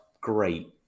great